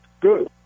Good